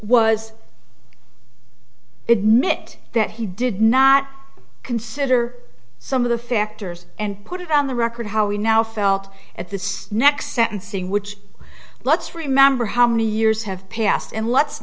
was admit that he did not consider some of the factors and put it on the record how he now felt at the next sentencing which let's remember how many years have passed and let's